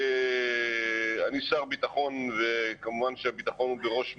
אני שר ביטחון וכמובן שהביטחון הוא בראש מעייניי,